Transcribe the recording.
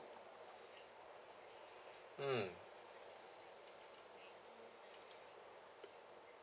mm